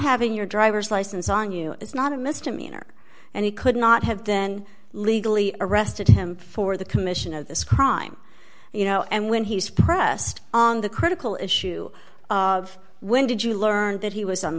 having your driver's license on you is not a misdemeanor and he could not have then legally arrested him for the commission of this crime you know and when he's pressed on the critical issue of when did you learn that he was